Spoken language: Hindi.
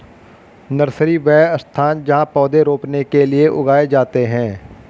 नर्सरी, वह स्थान जहाँ पौधे रोपने के लिए उगाए जाते हैं